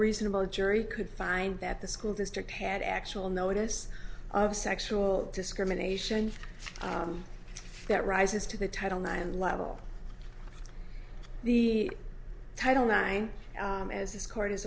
reasonable jury could find that the school district had actual notice of sexual discrimination that rises to the title nine level the title line as this court is